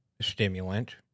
stimulant